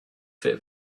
fit